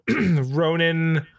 Ronan